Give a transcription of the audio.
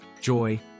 Joy